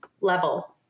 level